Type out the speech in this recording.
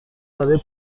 برای